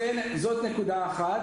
זו נקודה אחת.